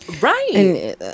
right